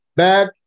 back